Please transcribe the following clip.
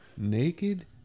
naked